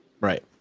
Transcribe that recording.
right